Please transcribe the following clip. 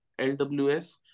LWS